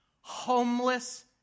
homeless